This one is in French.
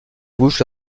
bouche